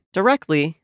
directly